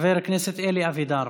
חבר הכנסת אלי אבידר.